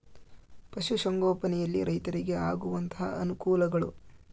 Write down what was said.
ಪಶುಸಂಗೋಪನೆಯಲ್ಲಿ ರೈತರಿಗೆ ಆಗುವಂತಹ ಅನುಕೂಲಗಳು?